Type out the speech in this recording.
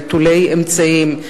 נטולי אמצעים,